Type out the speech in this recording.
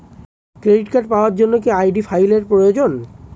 Credit card পাওয়ার জন্য কি আই.ডি ফাইল এর প্রয়োজন?